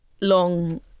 long